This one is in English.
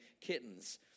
Kittens